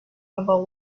about